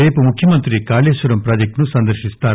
రేపు ముఖ్యమంత్రి కాళేశ్వరం ప్రాజెక్టును సందర్పిస్తారు